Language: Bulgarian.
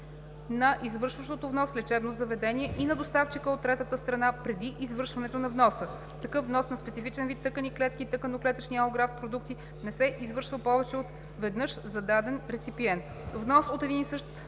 на извършващото внос лечебно заведение и на доставчика от третата държава преди извършването на вноса. Такъв внос на специфичен вид тъкани, клетки и тъканно-клетъчни алографт продукти не се извършва повече от веднъж за даден реципиент. Внос от един и същ